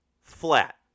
flat